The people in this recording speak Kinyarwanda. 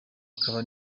akaba